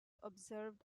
observed